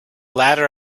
ladder